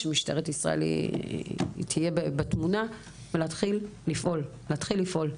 שעיריית ירושלים הייתה שמה מכספה מימון עירוני גם להחלפת השלטים,